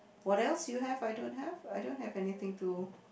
what else you have I don't have I don't have anything to